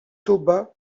toba